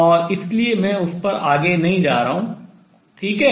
और इसलिए मैं उस पर आगे नहीं जा रहा हूँ ठीक है